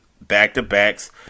back-to-backs